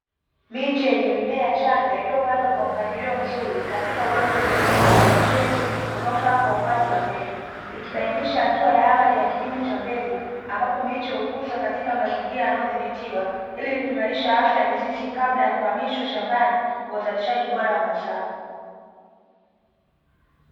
Miche yenye mimea changa iliyopandwa kwa mpangilio mzuri katika udongo wenye rutuba na unyevu unaofaa kwa ukuaji wa mbegu, ikibainisha hatua awali ya kilimo cha mbegu, ambacho miche hukuzwa katika mazingira yanayodhibitiwa, ili kuimarisha afya ya mizizi kabla ya kuamishwa shambani kwa uzalishaji bora wa mazao.